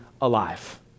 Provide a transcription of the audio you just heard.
alive